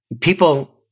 people